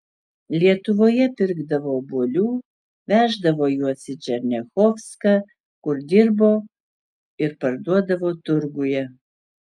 lietuvoje pirkdavo obuolių veždavo juos į černiachovską kur dirbo ir parduodavo turguje